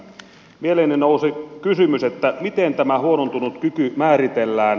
mieleeni nousi kysymys miten tämä huonontunut kyky määritellään